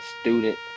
student